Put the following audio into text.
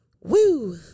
Woo